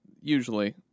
Usually